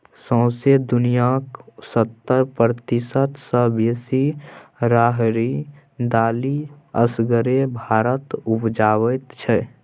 सौंसे दुनियाँक सत्तर प्रतिशत सँ बेसी राहरि दालि असगरे भारत उपजाबै छै